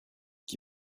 qui